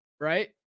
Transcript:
right